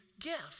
gift